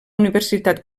universitat